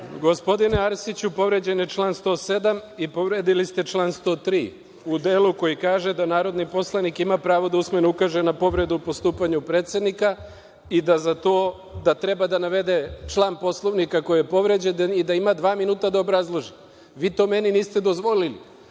Gospodine Arsiću, povređen je član 107. povredili ste član 103. u delu koji kaže da narodni poslanik ima pravo da usmenoukaže na povredu u postupanju predsednika, da treba da navede član Poslovnika koji je povređen i da ima dva minuta da obrazloži. Vi to meni niste dozvolili. Druga